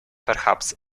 perhaps